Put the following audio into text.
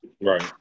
Right